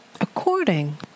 according